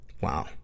Wow